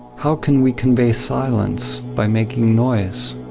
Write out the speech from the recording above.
how can we convey silence by making noise?